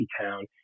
town